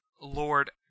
Lord